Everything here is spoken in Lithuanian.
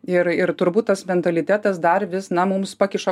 ir ir turbūt tas mentalitetas dar vis na mums pakiša